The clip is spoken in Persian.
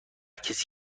کسی